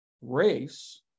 race